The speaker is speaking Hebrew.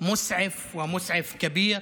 (חוזר על הדברים בערבית)